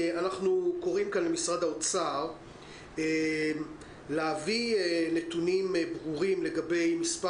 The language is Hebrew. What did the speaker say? אנחנו קוראים כאן למשרד האוצר להביא נתונים ברורים לגבי מס'